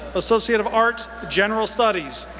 associate of arts, general studies.